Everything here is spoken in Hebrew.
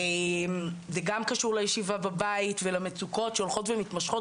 זה גם קשור לישיבה בבית ולמצוקות שהולכות ומתמשכות